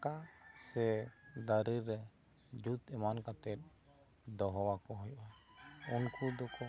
ᱟᱠᱟ ᱥᱮ ᱫᱟᱨᱮ ᱨᱮ ᱡᱩᱛ ᱮᱢᱟᱱ ᱠᱟᱛᱮᱫ ᱫᱚᱦᱚ ᱟᱠᱚ ᱦᱩᱭᱩᱜ ᱟ ᱩᱱᱠᱩ ᱫᱚ ᱠᱚ